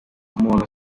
umuntu